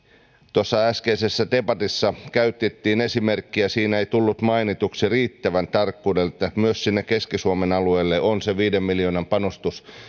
tuossa äskeisessä debatissa käytettiin esimerkkejä mutta siinä ei tullut mainituksi riittävällä tarkkuudella että myös sinne keski suomen alueelle on se viiden miljoonan panostus